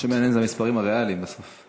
מה שמעניין זה המספרים הריאליים בסוף.